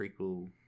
prequel